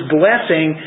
blessing